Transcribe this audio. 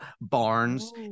barns